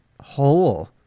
hole